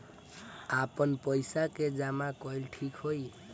आपन पईसा के जमा कईल ठीक होई?